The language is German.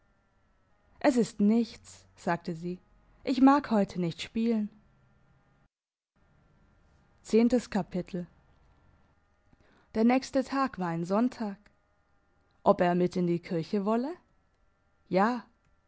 es ist nichts sagte sie ich mag heute nicht spielen der nächste tag war ein sonntag ob er mit in die kirche wolle ja